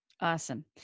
Awesome